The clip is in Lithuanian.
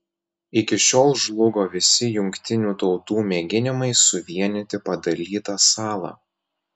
iki šiol žlugo visi jungtinių tautų mėginimai suvienyti padalytą salą